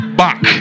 back